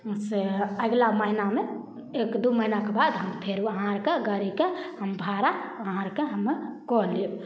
से अगिला महीना मे एक दू महीनाके बाद हम फेरो अहाँ आरके गाड़ीके हम भाड़ा अहाँ आरके हम कऽ लेब